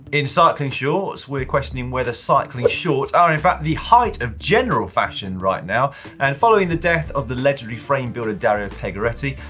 in cycling shorts we're questioning whether cycling shorts are in fact the height of general fashion right now and following the death of the legendary frame but dario pegoretti,